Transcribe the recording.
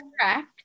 correct